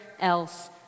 else